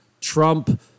Trump